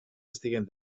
estiguen